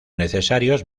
necesarios